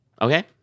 Okay